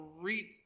read